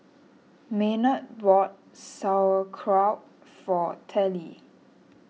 Maynard bought Sauerkraut for Tallie